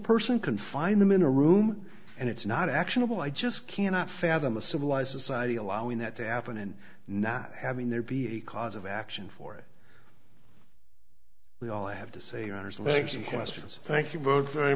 person can find them in a room and it's not actionable i just cannot fathom a civilized society allowing that to happen and not having there be a cause of action for it we all have to say